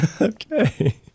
Okay